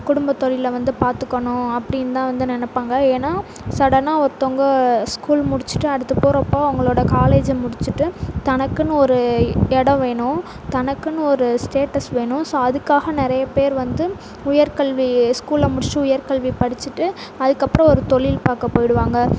குடும்ப தொழிலை வந்து பார்த்துக்கணும் அப்படி தான் வந்து நினைப்பாங்க ஏன்னா சடனாக ஒருத்தங்க ஸ்கூல் முடித்துட்டு அடுத்து போகிறப்ப அவங்களோட காலேஜை முடித்துட்டு தனக்குன்னு ஒரு இடம் வேணும் தனக்குன்னு ஒரு ஸ்டேட்டஸ் வேணும் ஸோ அதுக்காக நிறைய பேர் வந்து உயர் கல்வி ஸ்கூலில் முடித்துட்டு உயர்கல்வி படித்துட்டு அதுக்கப்றம் ஒரு தொழில் பார்க்க போய்விடுவாங்க